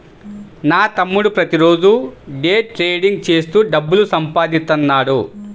నా తమ్ముడు ప్రతిరోజూ డే ట్రేడింగ్ చేత్తూ డబ్బులు సంపాదిత్తన్నాడు